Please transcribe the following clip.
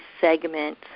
segment